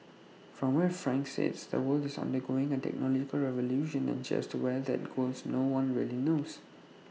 from where frank sits the world is undergoing A technological revolution and just where that goes no one really knows